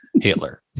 Hitler